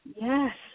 Yes